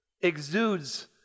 exudes